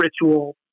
ritual